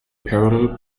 paralleled